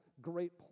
great